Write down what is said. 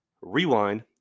rewind